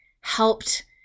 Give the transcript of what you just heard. helped